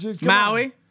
Maui